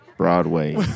Broadway